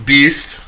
Beast